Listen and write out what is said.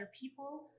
people